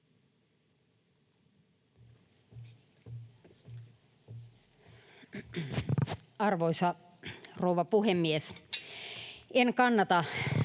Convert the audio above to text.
Arvoisa rouva puhemies! On itsestään